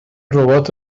ربات